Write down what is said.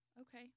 okay